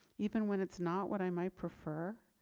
even when it's not what i might prefer?